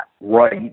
right